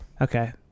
Okay